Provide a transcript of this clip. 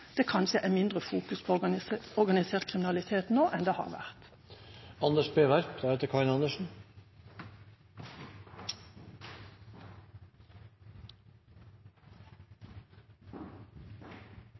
det fokuseres mindre på organisert kriminalitet nå enn